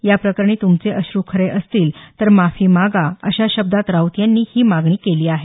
या प्रकरणी तुमचे अश्रू खरे असतील तर तुम्ही माफी मागा अशा शब्दात राऊत यांनी ही मागणी केली आहे